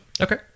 Okay